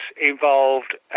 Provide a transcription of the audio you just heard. involved